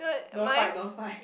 don't fight don't fight